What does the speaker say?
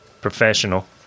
professional